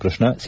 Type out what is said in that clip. Krishna C